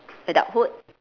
adulthood